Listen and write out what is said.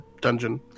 dungeon